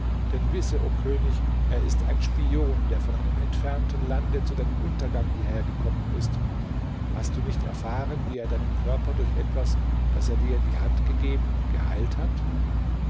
denn wisse o könig er ist ein spion der von einem entfernten lande zu deinem untergang hierher gekommen ist hast du nicht erfahren wie er deinen körper durch etwas das er dir in die hand gegeben geheilt hat